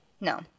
No